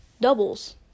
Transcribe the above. doubles